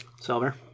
Silver